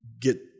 get